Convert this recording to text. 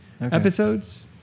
Episodes